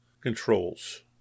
controls